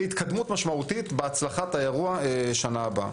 התקדמות משמעותית בהצלחת האירוע בשנה הבאה.